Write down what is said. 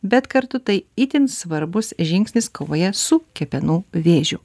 bet kartu tai itin svarbus žingsnis kovoje su kepenų vėžiu